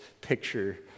picture